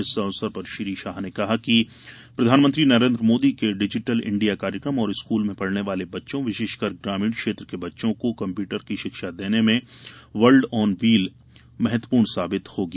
इस अवसर पर श्री शाह ने कहा है कि प्रधानमंत्री नरेन्द्र मोदी के डिजिटल इंडिया कार्यक्रम और स्कूल में पढ़ने वाले बच्चों विशेषकर ग्रामीण क्षेत्र के बच्चों को कम्प्यूटर की शिक्षा देने में वर्ल्ड ऑन व्हील महत्वपूर्ण साबित होगी